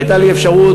והייתה לי אפשרות,